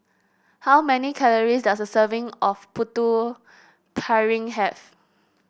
how many calories does a serving of Putu Piring have